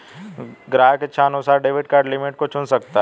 ग्राहक इच्छानुसार debit card limit को चुन सकता है